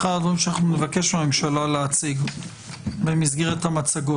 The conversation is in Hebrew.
זה אחד הדברים שאנחנו נבקש מהממשלה להציג במסגרת המצגות,